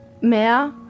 mehr